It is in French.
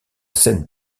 scène